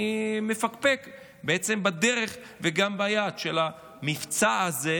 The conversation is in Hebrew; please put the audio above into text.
אני מפקפק בעצם בדרך וגם ביעד של המבצע הזה,